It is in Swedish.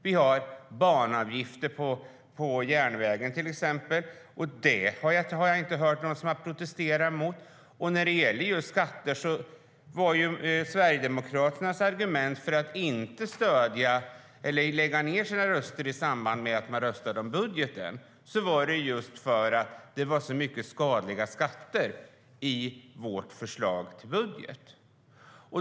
Vi har till exempel banavgifter på järnvägen. Det har jag inte hört någon protestera mot. När det gäller just skatter var Sverigedemokraternas argument för att inte lägga ned sina röster i samband med omröstningen om budgeten att det var så många skadliga skatter i vårt förslag till budget.